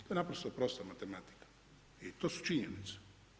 To je naprosto prostorna tematika i to su činjenice.